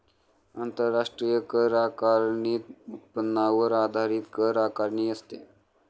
आंतरराष्ट्रीय कर आकारणीत उत्पन्नावर आधारित कर आकारणी असते